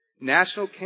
National